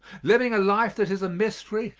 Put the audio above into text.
living a life that is a mystery,